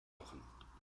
machen